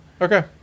Okay